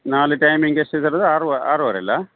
ನಾಳೆ ಟೈಮಿಂಗ್ ಎಷ್ಟು ಸರ್ ಆರು ಆರುವರೆ ಅಲ್ಲ